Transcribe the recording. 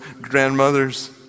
grandmothers